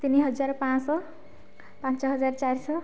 ତିନିହଜାର ପାଞ୍ଚଶହ ପାଞ୍ଚହଜାର ଚାରିଶହ